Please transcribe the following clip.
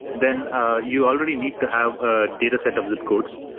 then you already need to have ah data set of zip codes.